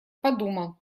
подумал